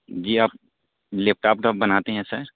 جی آپ laptop top بنا کے ہیں سر